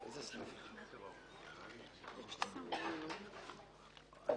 אין סעיף 6 אושר,